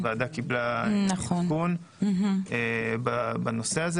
הוועדה קיבלה עדכון בנושא.